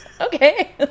okay